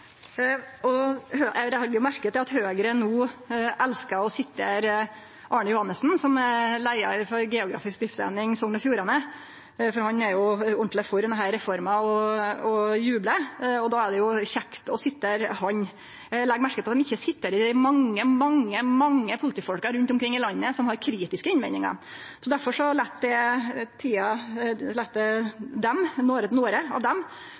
merke til at Høgre no elskar å sitere Arne Johannessen, som er leiar for den geografiske driftseininga Sogn og Fjordane. Han er jo ordentleg for denne reforma og jublar, og då er det jo kjekt å sitere han. Eg legg merke til at dei ikkje siterer dei mange, mange, mange politifolka rundt omkring i landet som har kritiske innvendingar. Derfor